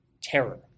terror